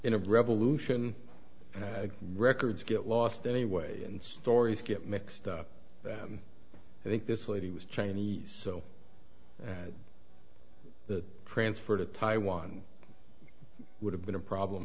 of revolution records get lost anyway and stories get mixed up i think this lady was chinese so that the transfer to taiwan would have been a problem